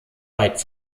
weit